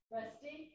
Rusty